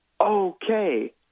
okay